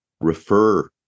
Refer